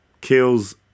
kills